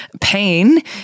pain